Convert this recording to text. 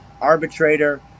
arbitrator